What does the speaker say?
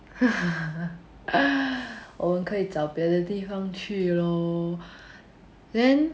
我们可以找别的地方去 lor then